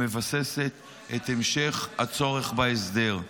המבססת את המשך הצורך בהסדר,